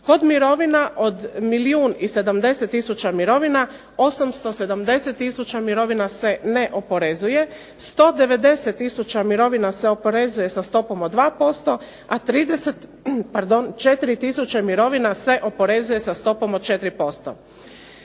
Kod mirovina od milijun i 70 tisuća mirovina 870 tisuća mirovina se ne oporezuje, 190 tisuća mirovina se oporezuje sa stopom od 2%, a 34 tisuće mirovina se oporezuje sa stopom od 4%.